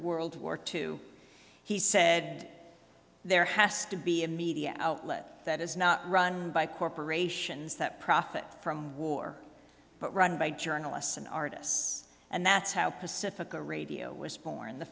world war two he said there has to be a media outlet that is not run by corporations that profit from war but run by journalists and artists and that's how pacifica radio was born